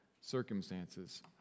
circumstances